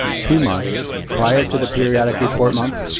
two months prior to the periodic report month,